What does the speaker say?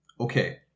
Okay